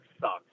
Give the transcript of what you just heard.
sucks